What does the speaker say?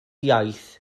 iaith